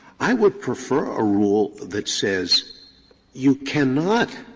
i would prefer a rule that says you cannot,